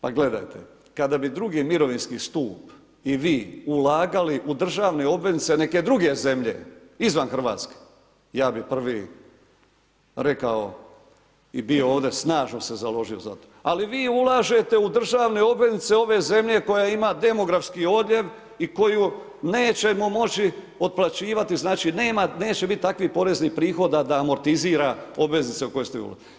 Pa gledajte, kada bi II. mirovinski stup i vi ulagali u državne obveznice neke druge zemlje izvan Hrvatske, ja bi prvi rekao i bio ovdje i snažno se založio za to, ali vi ulažete u državne obveznice ove zemlje koja ima demografski odljev i koju nećemo moći otplaćivati, znači neće biti takvih poreznih prihoda da amortizira obveznice o kojima ste govorili.